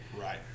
Right